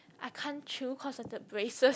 I can't chew cause of the braces